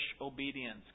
obedience